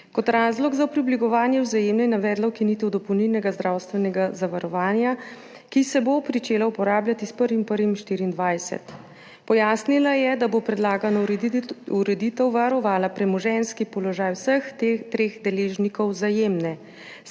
Kot razlog za preoblikovanje Vzajemne je navedla ukinitev dopolnilnega zdravstvenega zavarovanja, ki se bo pričela uporabljati s 1. 1. 2024. Pojasnila je, da bo predlagana ureditev varovala premoženjski položaj vseh treh deležnikov Vzajemne.